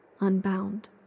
unbound